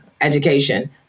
education